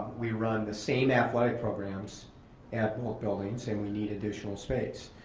we run the same athletic programs at both buildings and we need additional space.